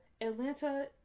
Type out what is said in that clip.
Atlanta